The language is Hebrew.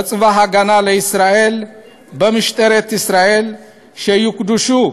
בצבא הגנה לישראל ובמשטרת ישראל, שיוקדשו